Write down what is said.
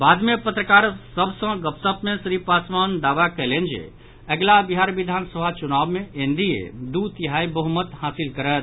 बाद मे पत्रकार सभ सॅ गपशप मे श्री पासवान दावा कयलनि जे अगिला बिहार विधानसभा चुनाव मे एनडीए दू तिहाई बहुमत हासिल करत